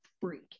freak